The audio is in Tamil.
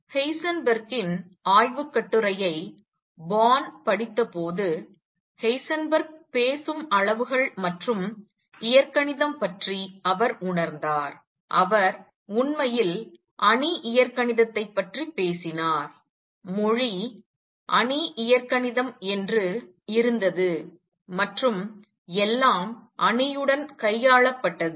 ஹெய்சன்பெர்க்கின் Heisenberg's ஆய்வுக்கட்டுரையை போர்ன் படித்தபோது ஹெய்சன்பெர்க் பேசும் அளவுகள் மற்றும் இயற்கணிதம் பற்றி அவர் உணர்ந்தார் அவர் உண்மையில் அணி இயற்கணிதத்தை பற்றி பேசினார் மொழி அணி இயற்கணிதம் என்று இருந்தது மற்றும் எல்லாம் அணியுடன் கையாளப்பட்டது